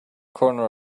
corner